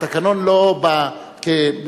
התקנון לא בא מהר-סיני,